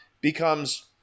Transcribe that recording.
becomes